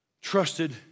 trusted